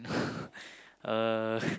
uh